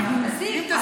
אנחנו נשיג.